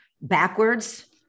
backwards